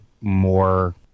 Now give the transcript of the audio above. more